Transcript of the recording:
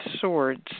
Swords